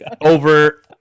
Over